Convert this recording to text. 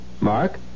Mark